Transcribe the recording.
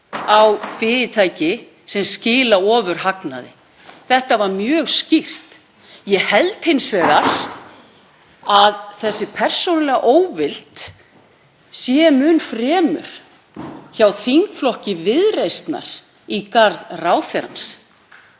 á fyrirtæki sem skila ofurhagnaði. Þetta var mjög skýrt. Ég held hins vegar að þessi persónulega óvild sé mun fremur hjá þingflokki Viðreisnar í garð ráðherrans.